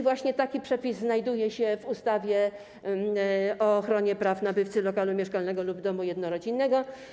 Właśnie taki przepis znajduje się w ustawie o ochronie praw nabywcy lokalu mieszkalnego lub domu jednorodzinnego.